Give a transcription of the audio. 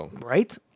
Right